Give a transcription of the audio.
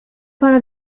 pana